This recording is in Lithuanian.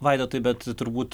vaidotai bet turbūt